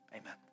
amen